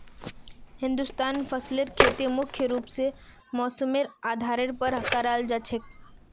हिंदुस्तानत फसलेर खेती मुख्य रूप से मौसमेर आधारेर पर कराल जा छे